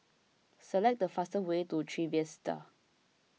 select the fastest way to Trevista